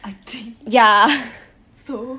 I think so